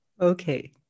okay